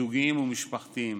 זוגיים ומשפחתיים.